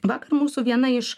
vakar mūsų viena iš